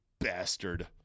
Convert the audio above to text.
bastard